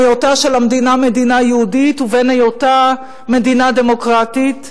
היותה של המדינה מדינה יהודית ובין היותה מדינה דמוקרטית,